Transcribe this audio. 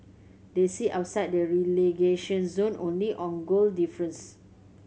they sit outside the relegation zone only on goal difference